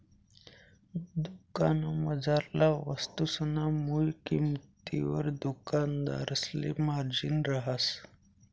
दुकानमझारला वस्तुसना मुय किंमतवर दुकानदारसले मार्जिन रहास